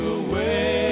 away